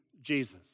Jesus